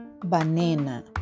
banana